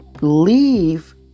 leave